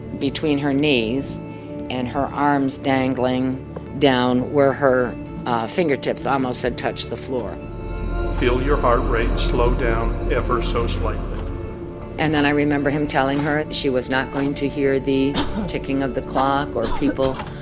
between her knees and her arms dangling down where her fingertips almost had touched the floor feel your heart rate slow down ever so slightly and then i remember him telling her she was not going to hear the ticking of the clock or people.